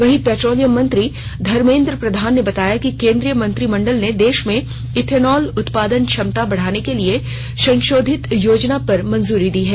वहीं पेट्रोलियम मंत्री धर्मेंद्र प्रधान ने बताया कि केंद्रीय मंत्रिमंडल ने देश में इथेनॉल उत्पादन क्षमता बढ़ाने के लिए संशोधित योजना मंजूर कर दी है